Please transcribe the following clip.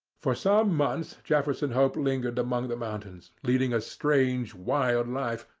for some months jefferson hope lingered among the mountains, leading a strange wild life,